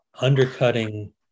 undercutting